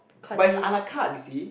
but it's a-la-carte you see